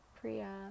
Priya